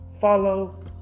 Follow